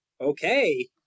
Okay